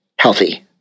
healthy